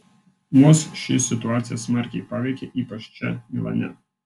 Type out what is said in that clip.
mus ši situacija smarkiai paveikė ypač čia milane